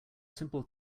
simple